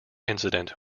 incident